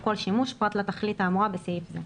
כל שימוש פרט לתכלית האמורה בסעיף זה.